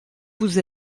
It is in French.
vous